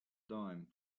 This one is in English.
dime